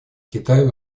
китай